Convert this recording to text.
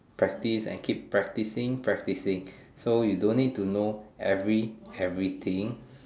practice and keep practicing practicing so you don't need to know every every everything